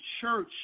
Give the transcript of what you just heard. church